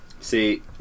See